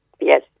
yes